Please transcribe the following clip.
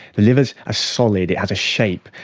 the liver is a solid, it has a shape,